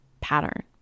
pattern